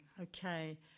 Okay